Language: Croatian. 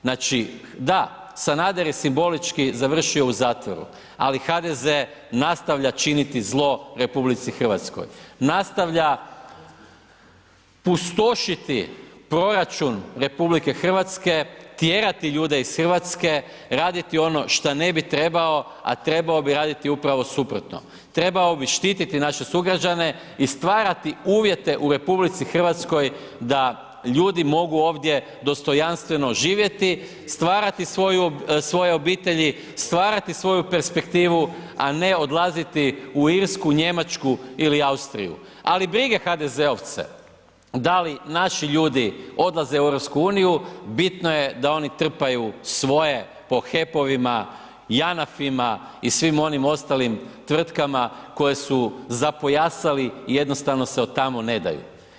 Znači, da, Sanader je simbolički završio u zatvoru, ali HDZ nastavlja činiti zlo RH, nastavlja pustošiti proračun RH, tjerati ljude iz RH, raditi ono šta ne bi trebao, a trebao bi raditi upravo suprotno, trebao bi štititi naše sugrađane i stvarati uvjete u RH da ljudi mogu ovdje dostojanstveno živjeti, stvarati svoje obitelji, stvarati svoju perspektivu, a ne odlaziti u Irsku, Njemačku ili Austriju, ali brige HDZ-ovce da li naši ljudi odlaze u EU, bitno je da oni trpaju svoje po HEP-ovima, JANAF-ima i svim onim ostalim tvrtkama koje su zapojasali i jednostavno se od tamo ne daju.